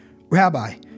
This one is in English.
Rabbi